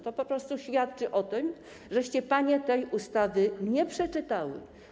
To po prostu świadczy o tym, że panie tej ustawy nie przeczytały.